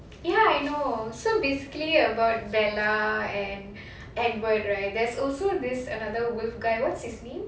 ya I know so basically about bella and edward right there's also this another wolf guy what's his name